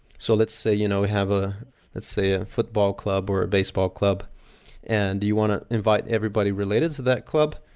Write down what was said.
so let's say we you know have, ah let's say, a football club or a baseball club and you want to invite everybody related to that club,